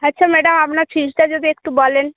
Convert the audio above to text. আচ্ছা ম্যাডাম আপনার ফিসটা যদি একটু বলেন